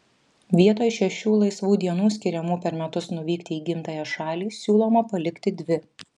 vietoj šešių laisvų dienų skiriamų per metus nuvykti į gimtąją šalį siūloma palikti dvi